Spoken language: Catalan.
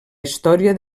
història